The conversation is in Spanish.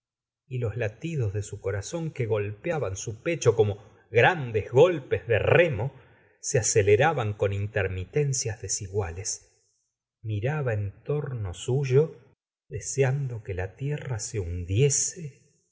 y los latidos de su corazón que golpeaban su pecho como grandes golpes de remo se aceleraban con intermitencias desiguales miraba en torno yo deseando que la tierra se hundiese